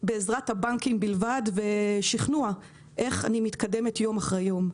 בעזרת הבנקים בלבד ושכנוע איך אני מתקדמת יום אחרי יום.